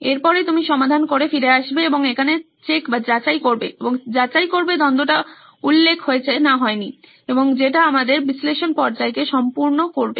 এরপরে তুমি সমাধান করে ফিরে আসবে এবং এখানে চেক করবে এবং চেক করবে দ্বন্দ্বটা উল্লেখ হয়েছে না হয়নি এবং যেটা আমাদের বিশ্লেষণ পর্যায় কে সম্পূর্ণ করবে